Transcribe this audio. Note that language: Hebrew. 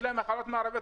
יש להם מחלות מערביות,